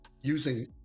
using